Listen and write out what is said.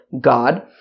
God